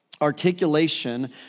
articulation